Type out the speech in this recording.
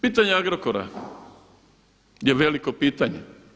Pitanje Agrokora je veliko pitanje.